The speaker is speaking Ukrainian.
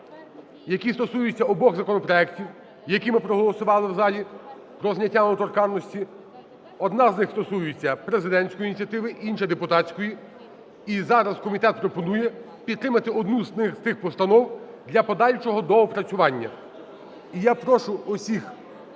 які стосуються обох законопроектів, які ми проголосували в залі, про зняття недоторканності. Одна з них стосується президентської ініціативи, інша – депутатської. І зараз комітет пропонує підтримати одну з тих постанов для подальшого доопрацювання.